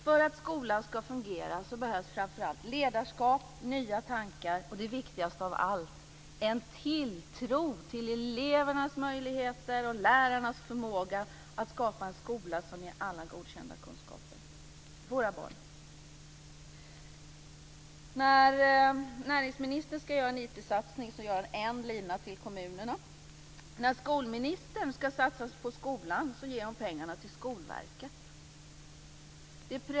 För att skolan ska fungera behövs det framför allt ledarskap, nya tankar och det viktigaste av allt: en tilltro till elevernas möjligheter och lärarnas förmåga att skapa en skola som ger våra barn godkända kunskaper. När näringsministern ska göra en IT-satsning gör han en lina till kommunerna. När skolministern ska satsa på skolan ger hon pengarna till Skolverket.